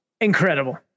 incredible